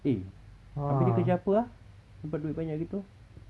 eh tapi dia kerja apa ah sampai duit banyak gitu